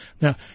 Now